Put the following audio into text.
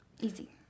Easy